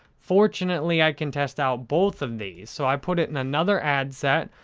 fortunately, i can test out both of these, so i put it in another ad set,